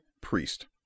priest